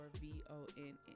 V-O-N-N